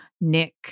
Nick